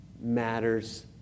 matters